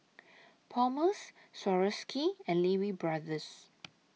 Palmer's Swarovski and Lee Wee Brothers